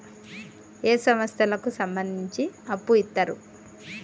ఏ సంస్థలకు సంబంధించి అప్పు ఇత్తరు?